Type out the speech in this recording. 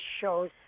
shows